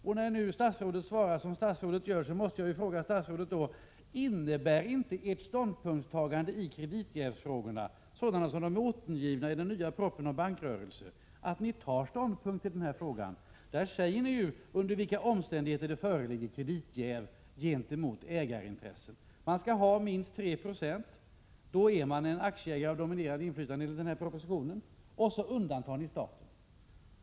Eftersom statsrådet svarar som han gör måste jag fråga honom: Innebär inte ert ståndspunktstagande i kreditjävsfrågan, så som det är återgivet i den nya propositionen, att ni tar ställning i den här frågan? Där säger ni under vilka omständigheter kreditjäv gentemot ägarintressen föreligger. Man skall äga minst 3 70. Då är man en aktieägare med dominerande inflytande enligt denna proposition. Och så undantar ni staten.